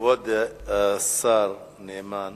כבוד השר נאמן